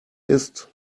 ist